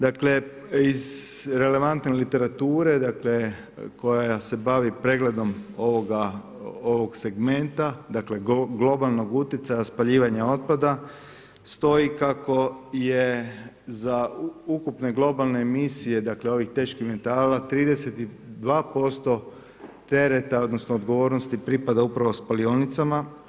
Dakle iz relevantne literature, dakle koja se bavi pregledom ovog segmenta, dakle globalnog utjecaja spaljivanja otpada stoji kako je za ukupne globalne emisije, dakle ovih teških metala 32% tereta, odnosno odgovornosti pripada upravo spalionicama.